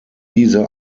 diese